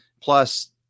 Plus